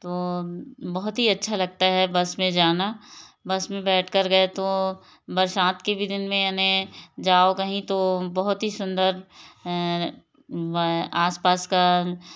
तो बहुत ही अच्छा लगता है बस में जाना बस में बैठकर गए तो बरसात के भी दिन में यानि जाओ कहीं तो बहुत ही सुंदर आसपास का